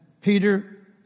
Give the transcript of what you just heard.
Peter